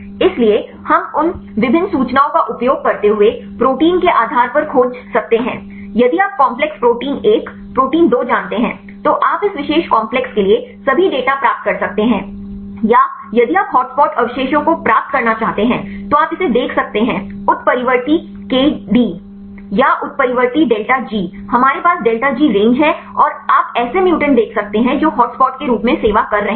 इसलिए हम उन विभिन्न सूचनाओं का उपयोग करते हुए प्रोटीन के आधार पर खोज सकते हैं यदि आप कॉम्प्लेक्स प्रोटीन 1 प्रोटीन 2 जानते हैं तो आप इस विशेष कॉम्प्लेक्स के लिए सभी डेटा प्राप्त कर सकते हैं या यदि आप हॉट स्पॉट अवशेषों को प्राप्त करना चाहते हैं तो आप इसे देख सकते हैं उत्परिवर्ती केडी या उत्परिवर्ती डेल्टा जी हमारे पास डेल्टा जी रेंज है और आप ऐसे म्यूटेंट देख सकते हैं जो हॉटस्पॉट के रूप में सेवा कर रहे हैं